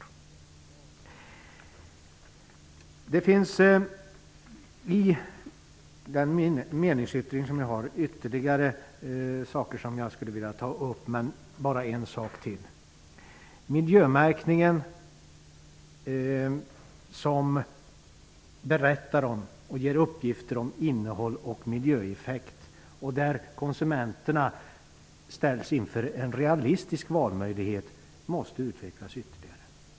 I den meningsyttring jag har gjort till betänkandet finns det ytterligare något som jag skulle vilja ta upp, nämligen miljömärkningen. En miljömärkning som ger uppgifter om innehåll och miljöeffekt och där konsumenterna ställs inför en realistisk valmöjlighet måste utvecklas ytterligare.